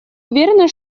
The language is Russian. уверены